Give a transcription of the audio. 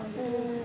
or you do what